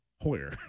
hoyer